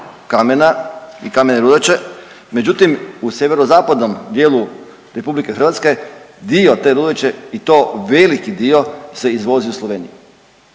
kamene i kamene rudače međutim u sjeverozapadnom dijelu RH dio te rudače i to veliki dio se izvozi u Sloveniju.